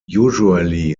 usually